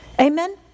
Amen